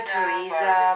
Teresa